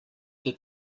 that